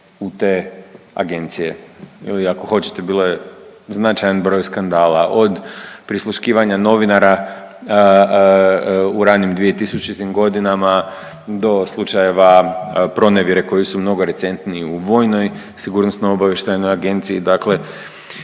u te agencije. Evo i ako hoćete bio je značajan broj skandala od prisluškivanja novinara u ranim dvije tisućitim godinama do slučajeva pronevjere koji su mnogo recentniji u Vojnoj sigurnosno-obavještajnog agenciji.